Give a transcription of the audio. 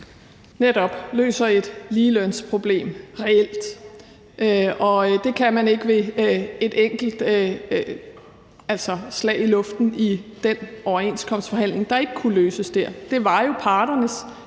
Netop: »løser et ligelønsproblem reelt«. Det kan man ikke ved et enkelt slag i luften i den overenskomstforhandling, der ikke kunne lykkes dér. Det var jo parternes